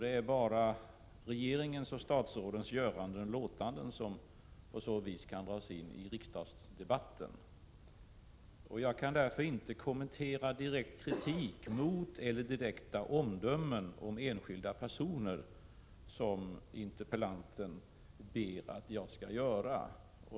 Det är bara regeringens och statsrådens göranden och låtanden som på så vis kan debatteras i riksdagen. Jag kan därför inte kommentera direkt kritik mot eller direkta omdömen om enskilda personer, som interpellanten ber att jag skall göra.